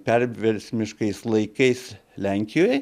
perversmiškais laikais lenkijoj